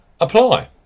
apply